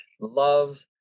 love